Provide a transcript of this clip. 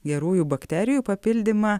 gerųjų bakterijų papildymą